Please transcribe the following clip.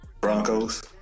Broncos